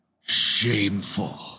Shameful